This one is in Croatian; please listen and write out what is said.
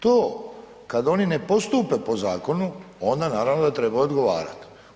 To kad oni ne postupe po zakonu onda naravno da treba odgovarati.